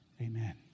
amen